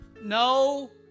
No